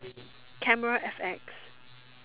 camera F_X